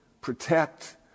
protect